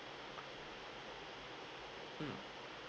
mm